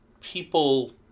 people